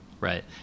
right